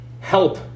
Help